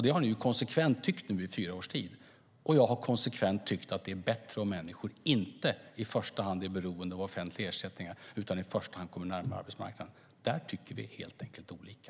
Det har ni konsekvent tyckt nu i fyra års tid, och jag har konsekvent tyckt att det är bättre om människor i första hand inte är beroende av offentliga ersättningar utan i första hand kommer närmare arbetsmarknaden. Där tycker vi helt enkelt olika.